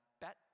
bet